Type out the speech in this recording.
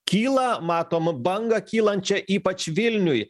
kyla matom bangą kylančią ypač vilniuj